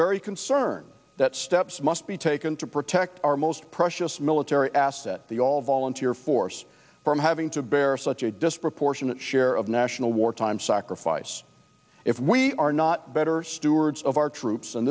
very concerned that steps must be taken to protect our most precious military assets the all volunteer force from having to bear such a disproportionate share of national war time sacrifice if we are not better stewards of our troops and